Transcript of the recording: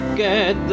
get